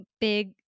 big